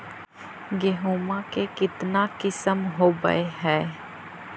गेहूमा के कितना किसम होबै है?